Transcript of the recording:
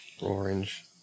Orange